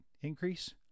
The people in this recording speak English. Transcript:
increase